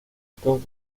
tom